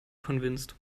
convinced